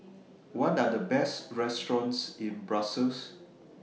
What Are The Best restaurants in Brussels